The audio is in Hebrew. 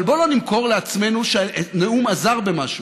אבל בוא לא נמכור לעצמנו שהנאום עזר במשהו.